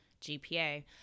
GPA